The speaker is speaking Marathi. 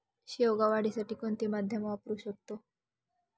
शेवगा वाढीसाठी कोणते माध्यम वापरु शकतो?